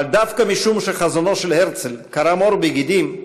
אבל דווקא משום שחזונו של הרצל קרם עור וגידים,